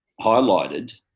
highlighted